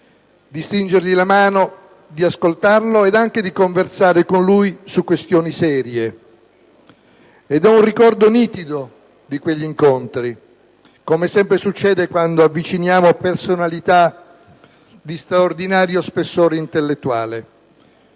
di stringergli la mano, di ascoltarlo ed anche di conversare con lui su questioni serie. Ho un ricordo nitido di quegli incontri, come sempre succede quando avviciniamo personalità di straordinario spessore intellettuale.